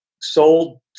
Sold